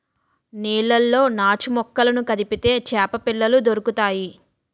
నీళ్లలో నాచుమొక్కలను కదిపితే చేపపిల్లలు దొరుకుతాయి